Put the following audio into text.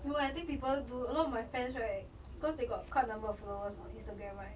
no eh I think people do a lot of my friends right because they got quite number of followers on instagram right